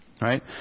right